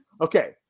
Okay